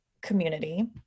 community